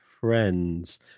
friends